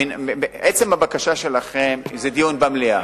עצם הבקשה שלכם זה דיון במליאה.